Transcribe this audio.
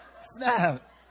Snap